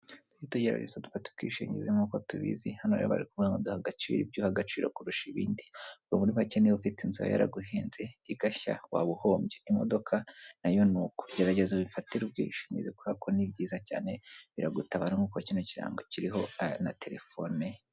Tujye tugerageza dufate ubwishingizi nk'uko tubizi hano bari kuvugango duhe agaciro ibyo duha agaciro kurusha ibindi, ubu muri make ufite inzu yaraguhenze igashya waba uhombye, imodoka nayo ni uko. Gerageza ubifatire ubwishingizi kubera ko ni byiza cyane biragutabara nk'uko kirango kiriho na telefone.